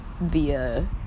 via